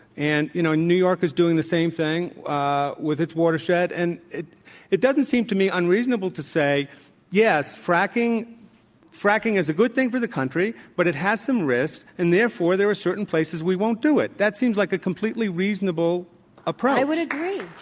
and, you know, new york is doing the same thing with its watershed and it it doesn't seem to me unreasonable to say yes, fracking fracking is a good thing for the country, but it has some risks and therefore there are certain places we won't do it. that seems like a completely reasonable approach. i would agree.